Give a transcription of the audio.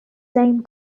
same